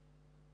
נאמר: